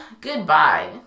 Goodbye